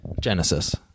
Genesis